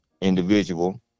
individual